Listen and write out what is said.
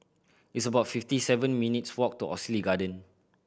it's about fifty seven minutes' walk to Oxley Garden